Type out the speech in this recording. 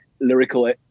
lyrical